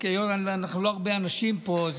אנחנו לא הרבה אנשים פה,